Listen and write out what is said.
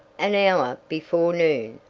an hour before noon,